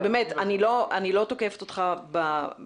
ובאמת אני לא תוקפת אותך אישית,